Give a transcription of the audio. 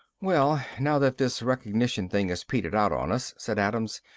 well, now that this recognition thing has petered out on us, said adams,